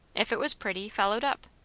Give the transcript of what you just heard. if it was pretty, followed up?